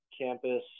campus